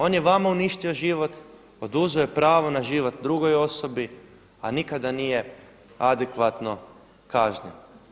On je vama uništio život, oduzeo je pravo na život drugoj osobi, a nikada nije adekvatno kažnjen.